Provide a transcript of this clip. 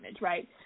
right